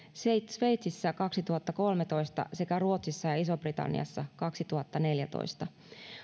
sveitsissä kaksituhattakolmetoista sekä ruotsissa ja isossa britanniassa kaksituhattaneljätoista